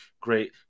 great